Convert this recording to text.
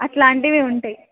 అలాంటివి ఉంటాయి